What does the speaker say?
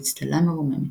באצטלה מרוממת.